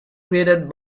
created